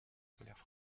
scolaires